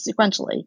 sequentially